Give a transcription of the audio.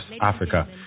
Africa